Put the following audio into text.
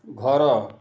ଘର